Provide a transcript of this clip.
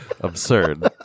Absurd